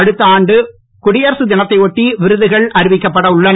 அடுத்த ஆண்டு குடியரசு தினத்தை ஒட்டி விருதுகள் அறிவிக்கப்பட உள்ளன